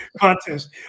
contest